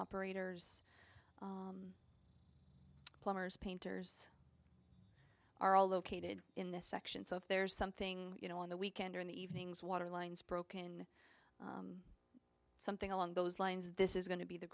operators plumbers painters are all located in this section so if there's something you know on the weekend or in the evenings water lines broken something along those lines this is going to be the